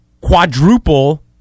quadruple